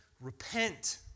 repent